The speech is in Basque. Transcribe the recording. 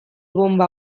bonba